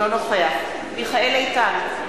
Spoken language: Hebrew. אינו נוכח מיכאל איתן,